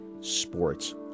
sports